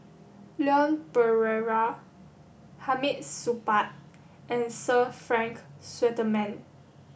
Leon Perera Hamid Supaat and Sir Frank Swettenham